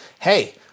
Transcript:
hey